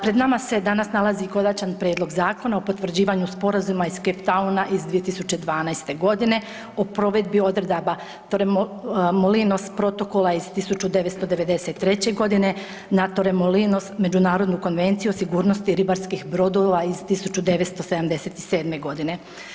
Pred nama se danas nalazi Konačan prijedlog zakona o potvrđivanju Sporazuma iz Cape Towna iz 2012. godine o provedbi odredaba Molinos protokola iz 1993. godine, Torremolinos Međunarodnu konvenciju o sigurnosti ribarskih brodova iz 1977. godine.